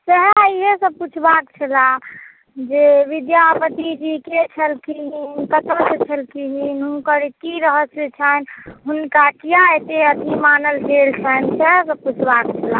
एयह सब पुछबाक छलय जे विद्यापतिजी के छलखिन कतय के छलखिन हुनकर की रहस्य छनि हुनका किए एतै अथी मानल गेल छनि सएह सब पुछ्बाक छलय